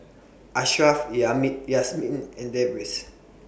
Ashraff yummy Yasmin and Deris